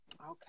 Okay